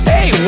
Hey